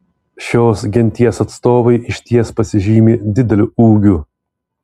šios genties atstovai išties pasižymi dideliu ūgiu